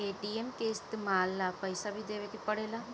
ATM के इस्तमाल ला पइसा भी देवे के पड़ेला